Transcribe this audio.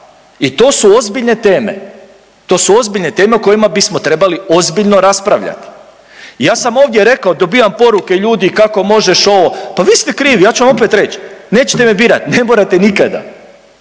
i to su ozbiljne teme, to su ozbiljne teme o kojima bismo trebali ozbiljno raspravljati. I ja sam ovdje rekao, dobivam poruke ljudi kako možeš ovo, pa vi ste krivi, ja ću vam opet reć, nećete me birat, ne morate nikada,